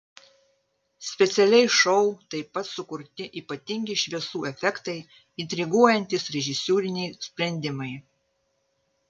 specialiai šou taip pat sukurti ypatingi šviesų efektai intriguojantys režisūriniai sprendimai